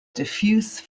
diffuse